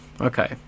Okay